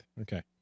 okay